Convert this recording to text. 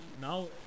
Now